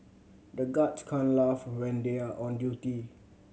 the guards can't laugh when they are on duty